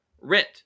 rent